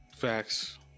Facts